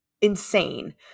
insane